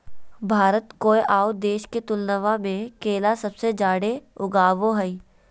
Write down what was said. भारत कोय आउ देश के तुलनबा में केला सबसे जाड़े उगाबो हइ